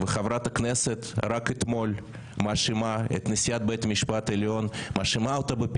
וחברת הכנסת רק אתמול מאשימה את נשיאת בית המשפט העליון בפיגוע,